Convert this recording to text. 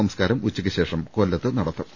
സംസ്കാരം ഉച്ചയ്ക്ക് ശേഷം കൊല്ലത്ത് നട്ടക്കും